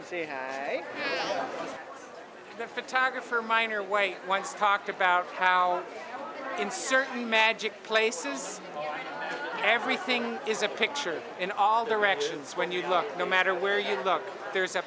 see the photographer minor way once talked about how in certain magic places everything is a picture in all directions when you book no matter where you look there's a